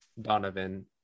Donovan